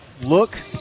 look